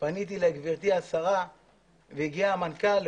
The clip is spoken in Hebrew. פניתי לגברתי השרה והמנכ"ל ומנהל המחוז